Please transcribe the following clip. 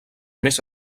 més